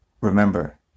Remember